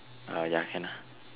ya can lah